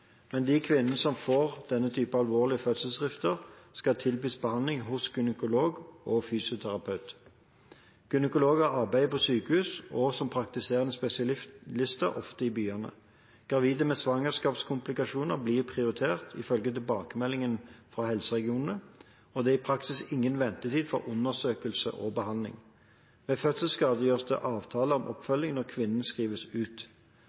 men de kvinnene som får denne type alvorlige fødselsrifter, skal tilbys behandling hos gynekolog og fysioterapeut. Gynekologer arbeider på sykehus og som praktiserende spesialister, ofte i byene. Gravide med svangerskapskomplikasjoner blir prioritert, ifølge tilbakemeldinger fra helseregionene, og det er i praksis ingen ventetid for undersøkelse og behandling. Ved fødselsskade gjøres det avtale om oppfølging når kvinnen skrives ut.